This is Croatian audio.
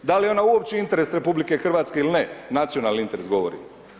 Da li je ona uopće interes RH ili ne, nacionalni interes govorim.